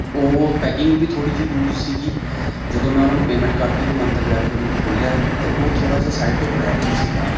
ਉਹ ਪੈਕਿੰਗ ਵੀ ਥੋੜ੍ਹੀ ਜਿਹੀ ਲੂਜ਼ ਸੀਗੀ ਜਦੋਂ ਮੈਂ ਉਹਨਾਂ ਨੂੰ ਪੇਮੈਂਟ ਕਰਤੀ ਅਤੇ ਮੈਂ ਅੰਦਰ ਜਾ ਕੇ ਉਹਨੂੰ ਖੋਲਿਆ ਅਤੇ ਉਹ ਥੋੜ੍ਹਾ ਜਿਹਾ ਸਾਈਡ ਤੋਂ ਕਰੈਕ ਵੀ ਸੀਗਾ